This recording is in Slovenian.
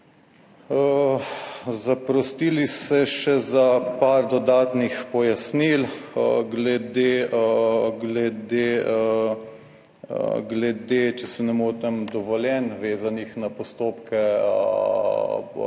Zaprosili se še za par dodatnih pojasnil glede, če se ne motim, dovoljenj vezanih na postopke